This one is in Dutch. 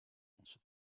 onze